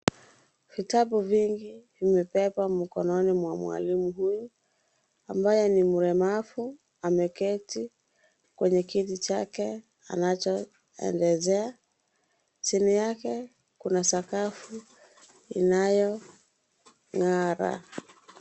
Vitabu vingi vimebebwa mkononi mwa mwalimu huyu, ambaye ni mlemavu, ameketi kwenye kiti chake anachoendeshea. Chini yake kuna sakafu inayo ng'ara.